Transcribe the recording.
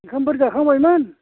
ओंखामफोर जाखांबायमोन